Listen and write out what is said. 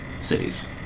cities